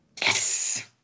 Yes